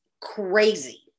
crazy